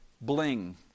bling